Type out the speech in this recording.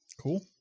Cool